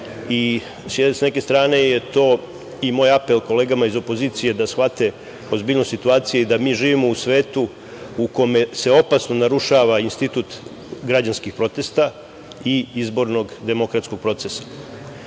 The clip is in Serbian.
s neke strane je to i moj apel kolegama iz opozicije da shvate ozbiljnost situacije i da mi živimo u svetu u kome se opasno narušava institut građanskih protesta i izbornog demokratskog procesa. Možemo